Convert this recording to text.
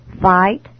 fight